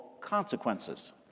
consequences